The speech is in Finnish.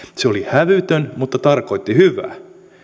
se oli hävytön mutta tarkoitti hyvää